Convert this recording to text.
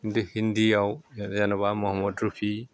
हिन्दी हिन्दीआव जेन'बा महामद राफि